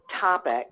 topic